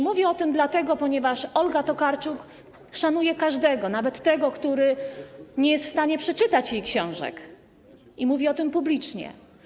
Mówię o tym dlatego, że Olga Tokarczuk szanuje każdego, nawet tego, który nie jest w stanie przeczytać jej książek, i mówi o tym publicznie.